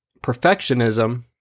perfectionism